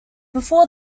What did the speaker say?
before